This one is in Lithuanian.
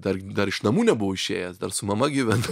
dar dar iš namų nebuvau išėjęs dar su mama gyvenau